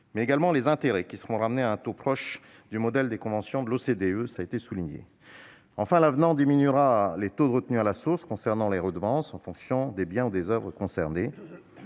mais également les intérêts qui seront ramenés à un taux proche du modèle de convention de l'OCDE. Enfin, l'avenant réduira les taux de retenue à la source concernant les redevances, en fonction des biens ou des oeuvres concernés.